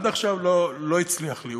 עד עכשיו לא הצליח לי.